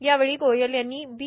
यावेळी गोयल यांनी बी